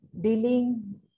dealing